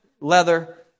leather